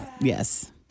Yes